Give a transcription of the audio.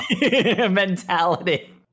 mentality